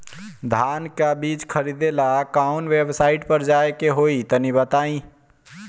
धान का बीज खरीदे ला काउन वेबसाइट पर जाए के होई तनि बताई?